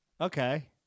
Okay